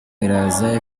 iraza